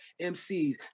mcs